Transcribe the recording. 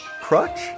Crutch